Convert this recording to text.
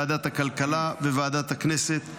ועדת הכלכלה וועדת הכנסת.